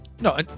no